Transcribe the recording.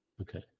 Okay